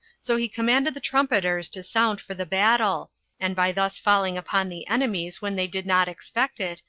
so he commanded the trumpeters to sound for the battle and by thus falling upon the enemies when they did not expect it,